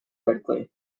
critically